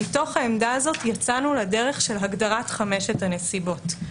שמתוך העמדה הזאת יצאנו לדרך של הגדרת חמשת הנסיבות.